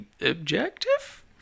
objective